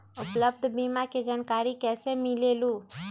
उपलब्ध बीमा के जानकारी कैसे मिलेलु?